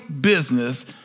business